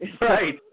Right